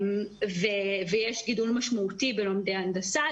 יש גידול משמעותי בלומדי הנדסה.